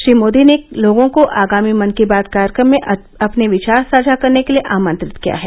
श्री मोदी ने लोगों को आगामी मन की बात कार्यक्रम में अपने विचार साझा करने के लिए आमंत्रित किया है